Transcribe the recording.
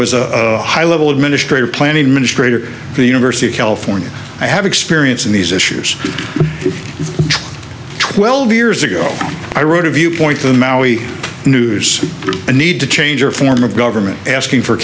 was a high level administrator planning minister for the university of california i have experience in these issues twelve years ago i wrote a view point them out news a need to change or form of government asking for